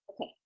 Okay